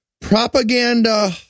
propaganda